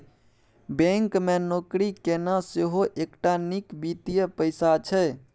bank मे नौकरी केनाइ सेहो एकटा नीक वित्तीय पेशा छै